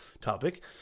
topic